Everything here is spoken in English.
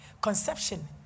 Conception